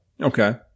Okay